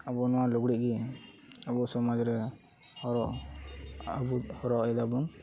ᱟᱵᱚ ᱱᱚᱣᱟ ᱞᱩᱜᱽᱲᱤᱡ ᱜᱮ ᱟᱵᱚ ᱥᱚᱢᱟᱡᱽ ᱨᱮ ᱦᱚᱨᱚᱜ ᱟᱵᱚ ᱦᱚᱨᱚᱜ ᱮᱫᱟ ᱵᱚᱱ